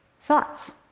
thoughts